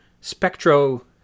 spectro